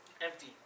Empty